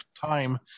time